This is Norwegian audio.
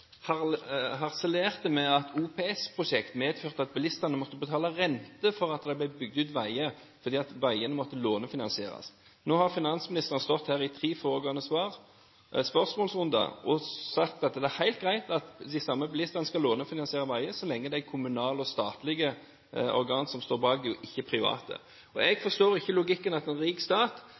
harselerte med at OPS-prosjekter medførte at bilistene måtte betale renter for at det ble bygget veier, fordi veiene måtte lånefinansieres. Nå har finansministeren stått her i de tre foregående spørsmålsrundene og sagt at det er helt greit at bilistene skal lånefinansiere veier så lenge det er kommunale og statlige organer som står bak, og ikke private. Jeg forstår ikke logikken i at en rik stat